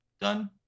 done